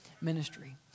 ministry